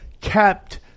kept